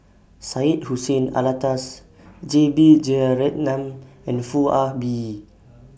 Syed Hussein Alatas J B Jeyaretnam and Foo Ah Bee